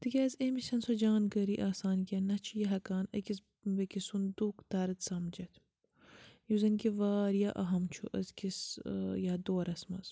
تِکیٛازِ أمِس چھَنہٕ سۄ جانکٲری آسان کیٚنٛہہ نَہ چھُ یہِ ہیٚکان أکِس بیٚیِس سُنٛد دُکھ درد سَمجھِتھ یُس زَن کہِ واریاہ أہم چھُ أزۍ کِس ٲں ییٚتھ دورَس منٛز